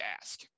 ask